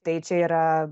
tai čia yra